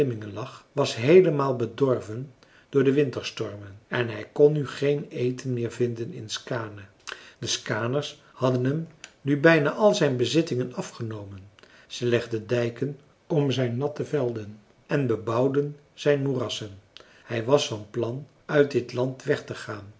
lag was heelemaal bedorven door de winterstormen en hij kon nu geen eten meer vinden in skaane de skaaners hadden hem nu bijna al zijn bezittingen afgenomen ze legden dijken om zijn natte velden en bebouwden zijn moerassen hij was van plan uit dit land weg te gaan